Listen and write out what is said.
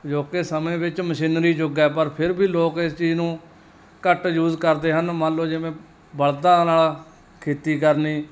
ਅਜੋਕੇ ਸਮੇਂ ਵਿੱਚ ਮਸ਼ੀਨਰੀ ਯੁੱਗ ਹੈ ਪਰ ਫਿਰ ਵੀ ਲੋਕ ਇਸ ਚੀਜ਼ ਨੂੰ ਘੱਟ ਯੂਜ਼ ਕਰਦੇ ਹਨ ਮੰਨ ਲਓ ਜਿਵੇਂ ਬਲਦਾਂ ਨਾਲ ਖੇਤੀ ਕਰਨੀ